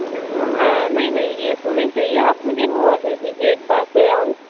हाँ हाँ नहीं नहीं ये तो नहीं चाहिए आप मुझे वो ओर दे दीजिए एक बार क्रेयॉन